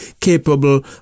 capable